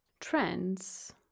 Trends